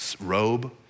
robe